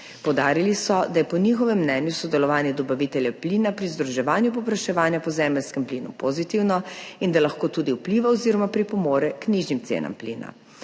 Poudarili so, da je po njihovem mnenju sodelovanje dobaviteljev plina pri združevanju povpraševanja po zemeljskem plinu pozitivno in da lahko tudi vpliva oziroma pripomore k nižjim cenam plina.